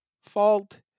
fault